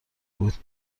بود